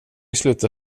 sluta